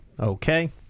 Okay